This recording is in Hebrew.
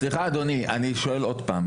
סליחה, אדוני, אני שואל עוד פעם